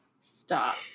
Stop